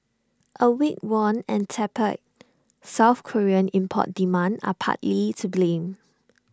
A weak won and tepid south Korean import demand are partly to blame